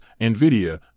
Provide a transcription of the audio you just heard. NVIDIA